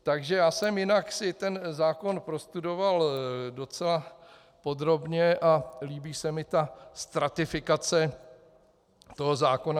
Takže já jsem jinak si ten zákon prostudoval docela podrobně a líbí se mi stratifikace zákona.